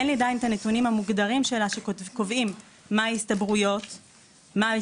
אין לי עדיין את הנתונים המוגדרים שלה שקובעים מה ההסתברויות המדויקות,